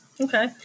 okay